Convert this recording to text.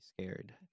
scared